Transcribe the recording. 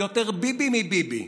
יותר ביבי מביבי.